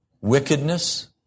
wickedness